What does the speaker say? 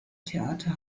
theater